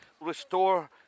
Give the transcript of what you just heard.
restore